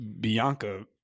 Bianca